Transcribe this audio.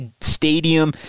stadium